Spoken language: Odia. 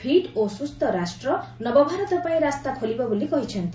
ଫିଟ୍ ଓ ସୁସ୍ଥ ରାଷ୍ଟ୍ର ନବଭାରତ ପାଇଁ ରାସ୍ତା ଖୋଲିବ ବୋଲି କହିଛନ୍ତି